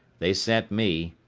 they sent me